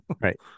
Right